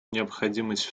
необходимость